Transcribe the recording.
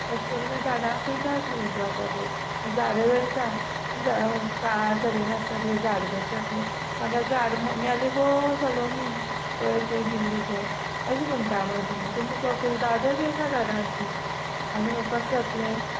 अशें करून झाडांक कुयदाद जावपाक जाय आनी झाडां रोयता कांय करिनासता झाड कशें जातलें म्हागे झाड मेलें गो सलोनी पयर तुवें दिल्लें तें अशें म्हणटा म्हणून तुमी तुमी कुयदादू घेयना झाडांची आनी कशें जातलें